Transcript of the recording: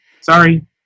Sorry